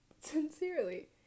sincerely